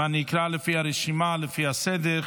ואני אקרא לפי הרשימה, לפי הסדר: